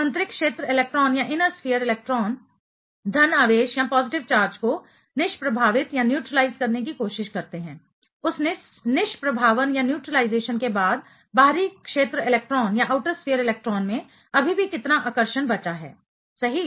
आंतरिक क्षेत्र इलेक्ट्रॉन धन आवेश पॉजिटिव चार्ज को निष्प्रभावित न्यूट्रलाइज करने की कोशिश करते हैं उस निष्प्रभावन न्यूट्रलाइजेशन के बाद बाहरी क्षेत्र इलेक्ट्रॉन में अभी भी कितना आकर्षण बचा है सही